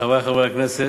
תודה, חברי חברי הכנסת,